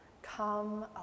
Come